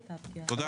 תודה.